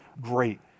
great